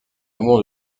amour